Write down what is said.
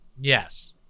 Yes